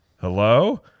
Hello